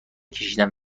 کشیدند